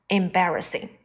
embarrassing